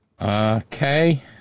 Okay